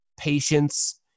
patience